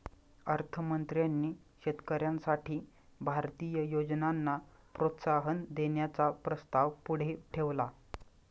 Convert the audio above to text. अर्थ मंत्र्यांनी शेतकऱ्यांसाठी भारतीय योजनांना प्रोत्साहन देण्याचा प्रस्ताव पुढे ठेवला